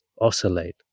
oscillate